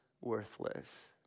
worthless